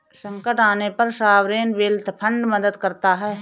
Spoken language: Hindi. संकट आने पर सॉवरेन वेल्थ फंड मदद करता है